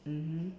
mmhmm